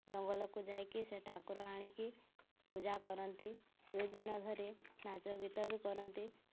ଜଙ୍ଗଲକୁ ଯାଇକି ସେ ଠାକୁର ଆଣିକି ପୂଜା କରନ୍ତି ଦୁଇଦିନ ଧରି ନାଚ ଗୀତ ବି କରନ୍ତି